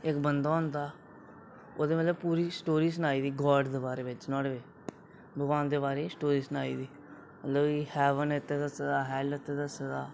इक बंदा होंदा ओह्दी मतलब पूरी स्टोरी सनाई दी गाड दे बारे बिच नुआढ़े च भगवान दे बारे च मतलब कि हैवन आस्तै दस्से दा हैल्ल आस्तै दस्से दा